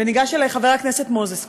וניגש אלי חבר הכנסת מוזס קודם,